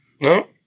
no